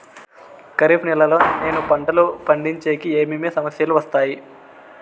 ఖరీఫ్ నెలలో నేను పంటలు పండించేకి ఏమేమి సమస్యలు వస్తాయి?